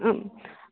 ಊಂ